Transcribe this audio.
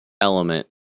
element